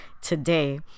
today